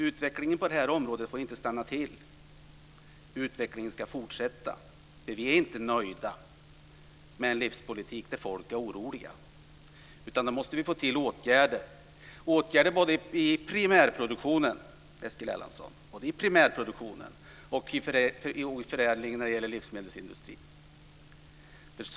Utvecklingen på det här området får inte stanna till. Utvecklingen ska fortsätta. Vi är inte nöjda med en livspolitik där folk är oroliga, utan vi måste få till åtgärder, både i primärproduktionen, Eskil Erlandsson, och i förädlingen när det gäller livsmedelsindustrin.